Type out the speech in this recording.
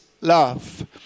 love